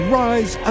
rise